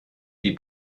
die